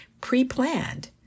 pre-planned